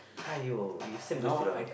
!aiyo! you same goes to the